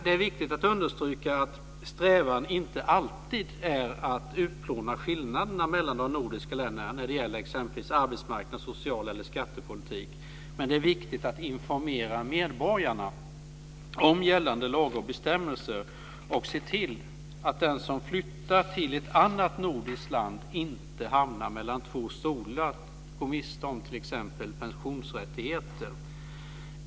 Det är viktigt att understryka att strävan inte alltid är att utplåna skillnaderna mellan de nordiska länderna när det gäller exempelvis arbetsmarknads-, socialeller skattepolitik. Men det är viktigt att informera medborgarna om gällande lagar och bestämmelser och se till att den som flyttar till ett annat nordiskt land inte hamnar mellan två stolar och går miste om t.ex. pensionsrättigheter.